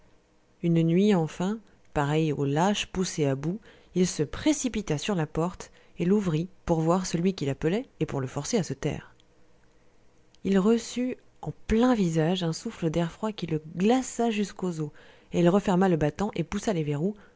une nuit enfin pareil aux lâches poussés à bout il se précipita sur la porte et l'ouvrît pour voir celui qui l'appelait et pour le forcer à se taire il reçut en plein visage un souffle d'air froid qui le glaça jusqu'aux os et il referma le battant et poussa les verrous